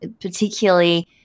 particularly